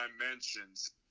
dimensions